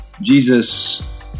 Jesus